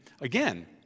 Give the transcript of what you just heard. Again